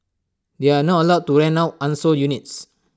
they are not allowed to rent out unsold units